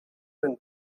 than